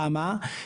למה?